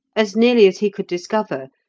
as nearly as he could discover,